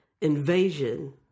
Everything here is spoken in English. invasion